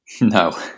no